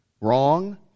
Wrong